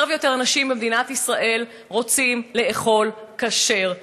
יותר ויותר אנשים במדינת ישראל רוצים לאכול כשר.